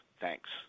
thanks